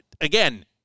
again